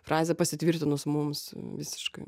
frazė pasitvirtinus mums visiškai